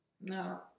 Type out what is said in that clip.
no